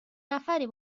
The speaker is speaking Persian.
نفری